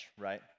right